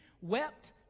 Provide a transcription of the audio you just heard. wept